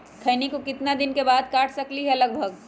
खैनी को कितना दिन बाद काट सकलिये है लगभग?